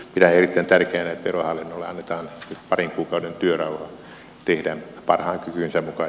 pidän erittäin tärkeänä että verohallinnolle annetaan parin kuukauden työrauha tehdä parhaan kykynsä mukaan